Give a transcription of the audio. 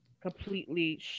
completely